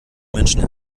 menschen